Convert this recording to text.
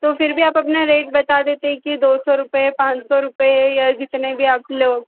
तो फिर भी आप अपना रेट बता देते कि दो सौ रुपये पाँच सौ रुपये या जितने भी आप लो